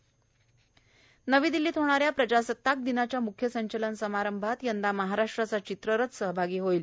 चित्ररथ नवी दिल्लीत होणाऱ्या प्रजासत्ताक दिनाच्या मुख्य संचलन समारंभात यंदा महाराष्ट्राचा चित्ररथ सहभागी होणार आहे